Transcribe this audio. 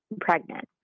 pregnant